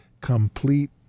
complete